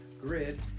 grid